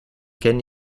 kenne